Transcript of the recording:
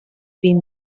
been